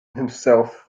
himself